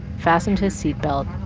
fastened his seat belt.